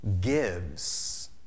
gives